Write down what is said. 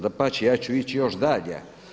Dapače, ja ću ići još dalje.